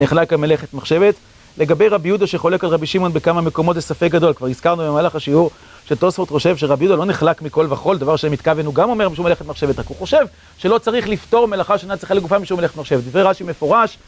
נחלק המלאכת מחשבת, לגבי רבי יהודה שחולק על רבי שמעון בכמה מקומות, זה ספק גדול. כבר הזכרנו במהלך השיעור, שטוספורד חושב שרבי יהודה לא נחלק מכל וחול, דבר שהם התקווינו, גם אומר משום מלאכת מחשבת, רק הוא חושב שלא צריך לפתור מלאכה שנצחה לגופם משום מלאכת מחשבת. דבר רע שמפורש.